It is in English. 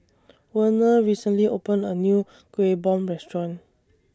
Werner recently opened A New Kueh Bom Restaurant